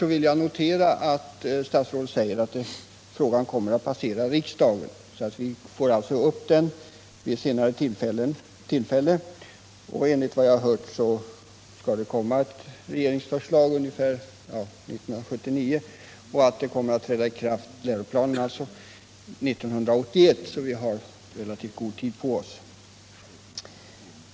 Jag vill först notera att statsrådet säger att frågan kommer att passera riksdagen. Vi får alltså upp den vid ett senare tillfälle. Jag har hört att det skall komma ett regeringsförslag 1979 och att läroplanen kommer att träda i kraft 1981, så vi har relativt god tid på oss.